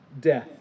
death